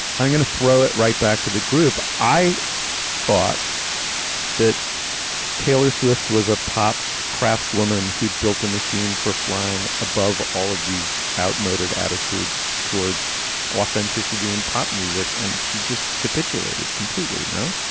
i'm going to throw it right back to the group. i thought that taylor swift was a pop crafts woman who built a machine for flying above all of these outmoded attitudes toward authenticity in pop music. and she just capitulated completely no,